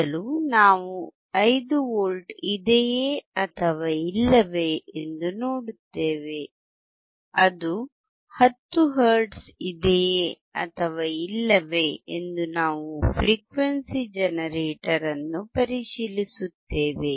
ಮೊದಲು ನಾವು 5 V ಇದೆಯೇ ಅಥವಾ ಇಲ್ಲವೇ ಎಂದು ನೋಡುತ್ತೇವೆ ಅದು 10 ಹರ್ಟ್ಜ್ ಇದೆಯೇ ಅಥವಾ ಇಲ್ಲವೇ ಎಂದು ನಾವು ಫ್ರೀಕ್ವೆನ್ಸಿ ಜನರೇಟರ್ ಅನ್ನು ಪರಿಶೀಲಿಸುತ್ತೇವೆ